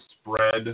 spread